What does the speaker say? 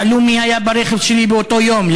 שאלו מי היה ברכב שלי באותו יום,